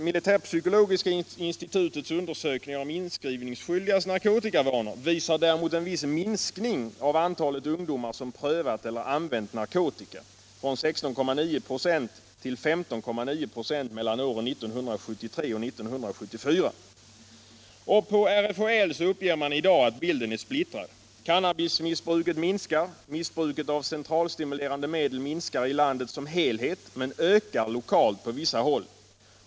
Militärpsykologiska institutets undersökningar om inskrivningsskyldigas narkotikavanor visar däremot en viss minskning av antalet ungdomar som prövat eller använt narkotika — från 16,9 96 till 15,9 26 mellan åren 1973 och 1974. På RFHL uppger man i dag att bilden är splittrad. Cannabismissbruket liksom: missbruket av centralstimulerande medel minskar i landet som helhet, men ökar lokalt på vissa håll.